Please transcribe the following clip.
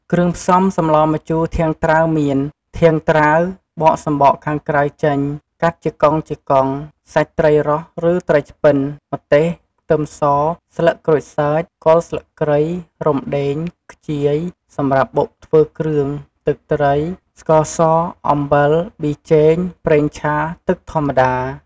គ្រឿងផ្សំសម្លម្ជូរធាងត្រាវមាន ធាងត្រាវ បកសំបកខាងក្រៅចេញ កាត់ជាកង់ៗ សាច់ត្រីរ៉ស់ ឬត្រីឆ្ពិន ម្ទេស ខ្ទឹមស ស្លឹកក្រូចសើច គល់ស្លឹកគ្រៃ រំដេង ខ្ជាយ សម្រាប់បុកធ្វើគ្រឿង ទឹកត្រី ស្ករស អំបិល ប៊ីចេង ប្រេងឆា ទឹកធម្មតា។